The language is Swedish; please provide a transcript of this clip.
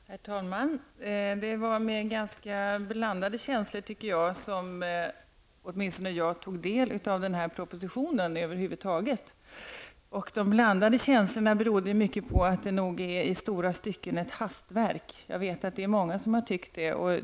Herr talman! Det var med ganska blandade känslor som jag tog del av den här propositionen. Dessa känslor berodde mycket på att propositionen i stora stycken är ett hastverk. Det är många som delar denna uppfattning.